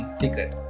secret